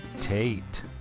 Tate